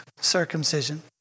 circumcision